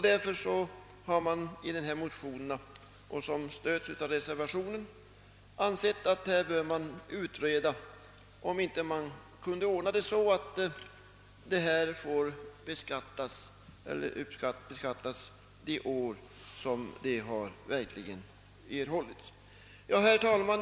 Därför har man i dessa motioner, som stöds av reservationen, ansett att man bör utreda om det inte kan ordnas så att dessa ersättningar får beskattas det år ersättningen verkligen erhållits. Herr talman!